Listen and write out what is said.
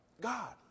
God